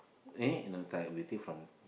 eh no time we take from